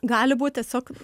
gali būt tiesiog